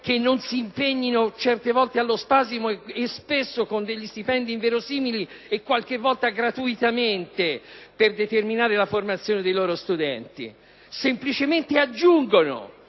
che non si impegnino, certe volte allo spasimo, e spesso con stipendi inverosimili, e qualche volta gratuitamente, per determinare la formazione dei loro studenti. Semplicemente, aggiungono